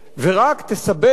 ורק תסבך